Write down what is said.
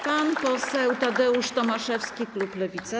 Pan poseł Tadeusz Tomaszewski, klub Lewica.